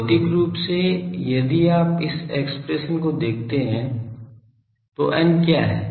भौतिक रूप से यदि आप इस एक्सप्रेशन को देखते हैं तो n क्या है